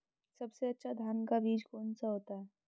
सबसे अच्छा धान का बीज कौन सा होता है?